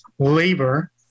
labor